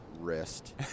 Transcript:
wrist